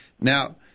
now